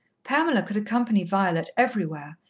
pamela could accompany violet everywhere,